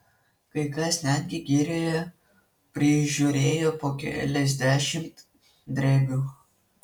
kai kas netgi girioje prižiūrėjo po keliasdešimt drevių